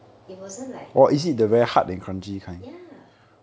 it wasn't like nice ya